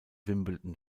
wimbledon